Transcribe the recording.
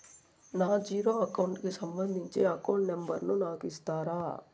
నా zero account కి సంబంధించి అకౌంట్ నెంబర్ ను నాకు ఇస్తారా